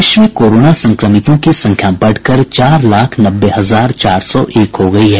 देश में कोरोना संक्रमितों की संख्या बढ़कर चार लाख नब्बे हजार चार सौ एक हो गई है